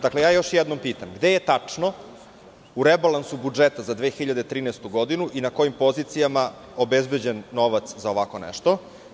Dakle, još jednom pitam – gde je tačno u rebalansu budžeta za 2013. godinu i na kojim pozicijama obezbeđen novac za ovako nešto?